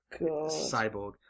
Cyborg